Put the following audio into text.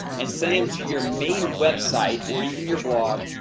and sending them to your main website or even your blog,